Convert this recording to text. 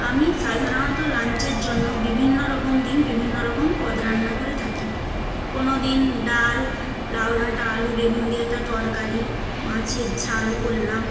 আমি সাধারণত লাঞ্চের জন্য বিভিন্ন রকম দিন বিভিন্ন রকম পদ রান্না করে থাকি কোনো দিন ডাল লাউ ডাঁটা আলু বেগুন দিয়ে একটা তরকারি মাছের ঝাল করলাম